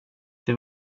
det